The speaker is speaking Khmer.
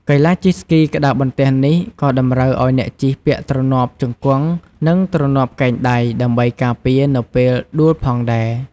កីឡាជិះស្គីក្ដារបន្ទះនេះ ក៏តម្រូវឱ្យអ្នកជិះពាក់ទ្រនាប់ជង្គង់ និង ទ្រនាប់កែងដៃ ដើម្បីការពារនៅពេលដួលផងដែរ។